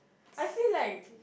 I feel like